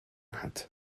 hat